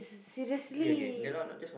seriously